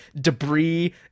debris